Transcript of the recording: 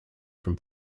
from